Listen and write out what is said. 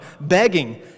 begging